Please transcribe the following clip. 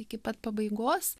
iki pat pabaigos